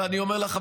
ואני אומר לך,